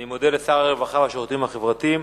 אני מודה לשר הרווחה והשירותים החברתיים.